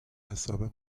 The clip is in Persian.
حساب